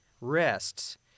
rests